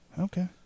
Okay